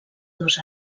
dos